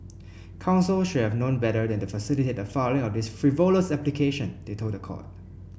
counsel should have known better than to facilitate the filing of this frivolous application they told the court